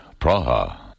Praha